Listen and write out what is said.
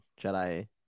Jedi